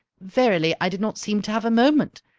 verily i did not seem to have a moment.